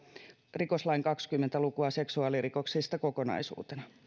rikoslain kaksikymmentä lukua seksuaalirikoksista kokonaisuutena